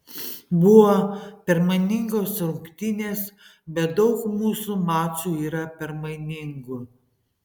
buvo permainingos rungtynės bet daug mūsų mačų yra permainingų